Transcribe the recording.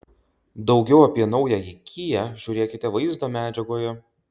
daugiau apie naująjį kia žiūrėkite vaizdo medžiagoje